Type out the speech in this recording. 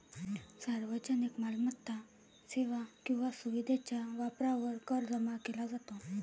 सार्वजनिक मालमत्ता, सेवा किंवा सुविधेच्या वापरावर कर जमा केला जातो